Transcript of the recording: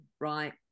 right